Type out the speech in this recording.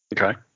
Okay